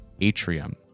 Atrium